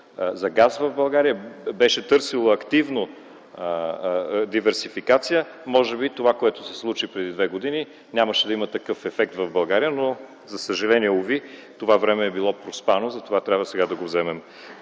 за газ в България, беше търсило активно диверсификация, може би това, което се случи преди две години, нямаше да има такъв ефект в България. За съжаление, уви, това време е било проспано и затова трябва сега да го вземем